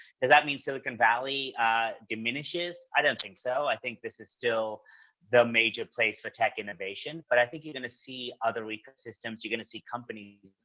does that mean silicon valley diminishes? i don't think so. i think this is still the major place for tech innovation, but i think you're going to see other ecosystems. you're going to see companies,